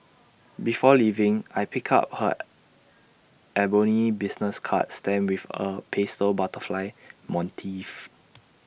before leaving I pick up her ebony business card stamped with A pastel butterfly motif